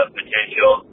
potential